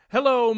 Hello